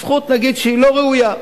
זכות, נגיד, שהיא לא ראויה,